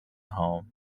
home